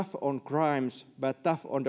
on crimes but tough on